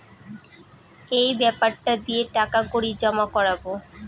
এই বেপারটা দিয়ে টাকা কড়ি জমা করাবো